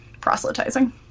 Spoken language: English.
proselytizing